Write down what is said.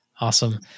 Awesome